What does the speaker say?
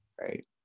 right